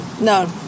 No